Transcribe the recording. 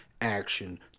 action